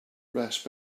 rest